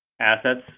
assets